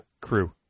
crew